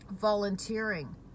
volunteering